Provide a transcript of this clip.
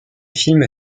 film